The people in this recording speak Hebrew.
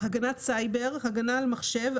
"הגנת סייבר" הגנה על מחשב,